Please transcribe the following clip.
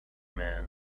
man